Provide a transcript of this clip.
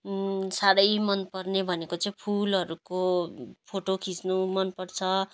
साह्रो मन पर्ने भनेको चाहिँ फुलहरूको फोटो खिच्नु मन पर्छ